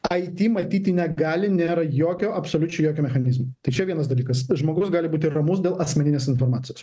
it matyti negali nėra jokio absoliučiai jokio mechanizmo tai čia vienas dalykas žmogus gali būti ramus dėl asmeninės informacijos